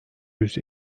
yüz